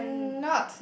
you can